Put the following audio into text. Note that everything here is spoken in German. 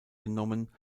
genommen